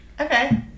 Okay